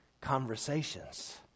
conversations